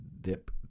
Dip